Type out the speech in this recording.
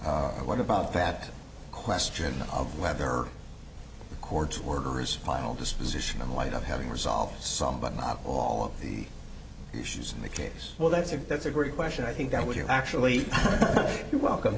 what about that question of whether there are court orders filed disposition in light of having resolved some but not all the issues in the case well that's a that's a great question i think that what you're actually you're welcome